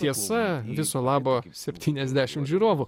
tiesa viso labo septyniasdešimt žiūrovų